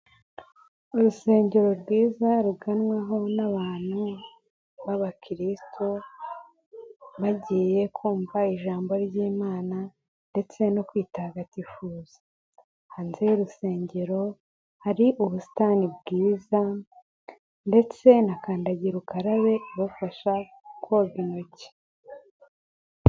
Urusengero rwiza ruganweho n'abantu babakirisito bagiye kumva ijambo ry'imana ndetse no kwitagatifuza, hanze y'urusengero hari ubusitani bwiza ndetse na kandagira ukarabe ibafasha koga intoki.